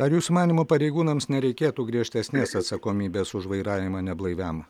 ar jūsų manymu pareigūnams nereikėtų griežtesnės atsakomybės už vairavimą neblaiviam